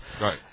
Right